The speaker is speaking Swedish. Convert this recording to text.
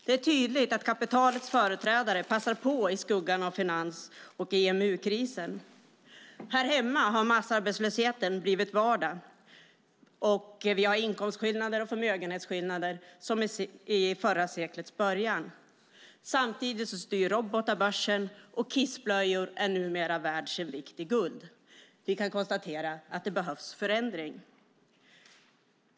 Det är tydligt att kapitalets företrädare passar på i skuggan av finans och EMU-krisen. Här hemma har massarbetslösheten blivit vardag, och vi har inkomst och förmögenhetsskillnader som vid förra seklets början. Samtidigt styr robotar börsen, och kissblöjor är numera värda sin vikt i guld. Vi kan konstatera att det behövs förändring.